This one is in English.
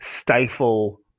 stifle